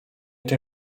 cię